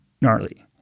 gnarly